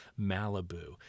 Malibu